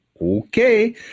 okay